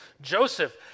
Joseph